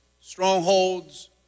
strongholds